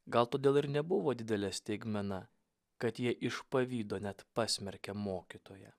gal todėl ir nebuvo didelė staigmena kad jie iš pavydo net pasmerkia mokytoją